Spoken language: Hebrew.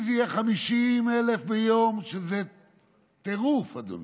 אם זה יהיה 50,000 ביום, שזה טירוף, אדוני,